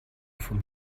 vom